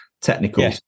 technical